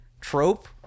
trope